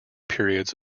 periods